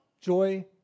joy